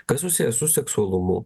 kas susiję su seksualumu